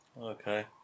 Okay